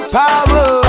power